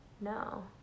No